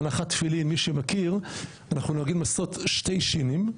בהנחת תפילין מי שמכיר אנחנו נוהגים לעשות שתי שינים,